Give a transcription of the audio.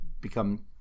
become